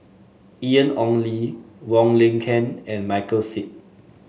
Ian Ong Li Wong Lin Ken and Michael Seet